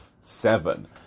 seven